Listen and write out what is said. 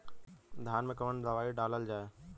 धान मे कवन दवाई डालल जाए?